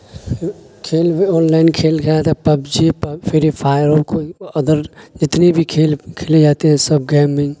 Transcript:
کھیل وے آنلائن کھیل گیا تھا پبجی فری فائر اور کوئی ادر جتنی بھی کھیل کھیلے جاتے ہیں سب گیمنگ